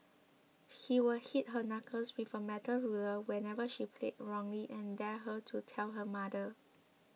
he would hit her knuckles with a metal ruler whenever she played wrongly and dared her to tell her mother